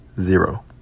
zero